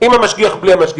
עם המשגיח או בלי המשגיח,